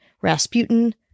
Rasputin